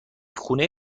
خونه